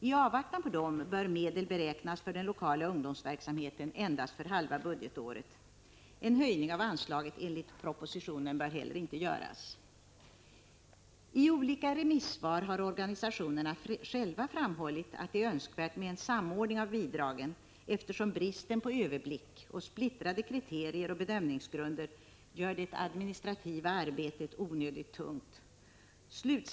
I avvaktan på dem bör medel beräknas för den lokala ungdomsverksamheten endast för halva budgetåret. En höjning av anslaget enligt propositionen bör heller inte göras. I olika remissvar har organisationerna själva framhållit att det är önskvärt med en samordning av bidragen, eftersom bristen på överblick och splittrade kriterier och bedömningsgrunder gör det administrativa arbetet onödigt tungt.